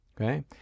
Okay